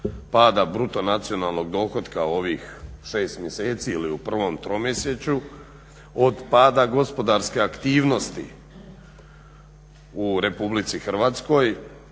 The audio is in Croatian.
pada bruto nacionalnog dohotka ovih 6 mjeseci ili u prvom tromjesečju, od pada gospodarske aktivnosti u Republici Hrvatskoj,